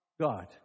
God